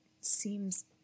seems